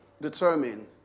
Determine